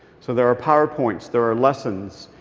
so there are powerpoints. there are lessons.